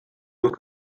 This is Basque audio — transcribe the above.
dut